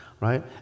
right